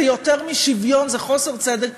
זה יותר מאי-שוויון, זה חוסר צדק בסיסי.